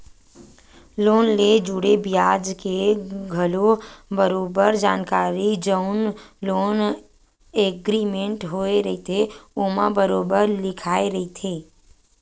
loan ले जुड़े बियाज के घलो बरोबर जानकारी जउन लोन एग्रीमेंट होय रहिथे ओमा बरोबर लिखाए रहिथे